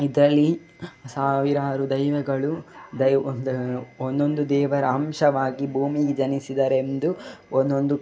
ಇದರಲ್ಲಿ ಸಾವಿರಾರು ದೈವಗಳು ದೈವ ಒಂದೊಂದು ದೇವರ ಅಂಶವಾಗಿ ಭೂಮಿಲಿ ಜನಿಸಿದರೆಂದು ಒಂದೊಂದು